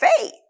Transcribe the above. faith